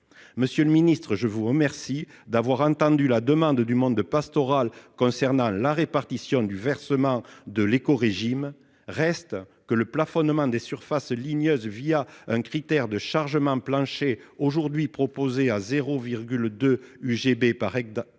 Monsieur le ministre, je vous remercie d'avoir entendu la demande du monde pastoral concernant la répartition du versement de l'écorégime. Reste que le plafonnement des surfaces ligneuses un critère de chargement plancher qui serait fixé à 0,2 unité de gros